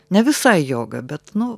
ne visai joga bet nu